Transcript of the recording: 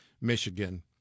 Michigan